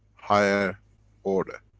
higher order.